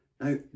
Now